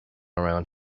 around